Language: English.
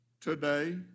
today